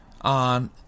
on